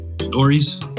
stories